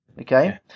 okay